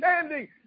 standing